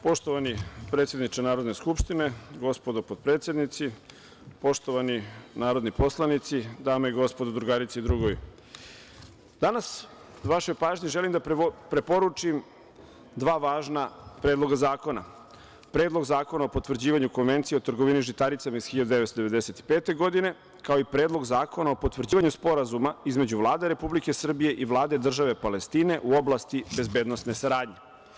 Poštovani predsedniče Narodne skupštine, gospodo potpredsednici, poštovani narodni poslanici, dame i gospodo, drugarice i drugovi, danas vašoj pažnji želim da preporučim dva važna Predloga zakona: Predlog zakona o potvrđivanju Konvencije o trgovini žitaricama iz 1995. godine, kao i Predlog zakona o potvrđivanju Sporazuma između Vlade Republike Srbije i Vlade države Palestine u oblasti bezbednosne saradnje.